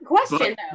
question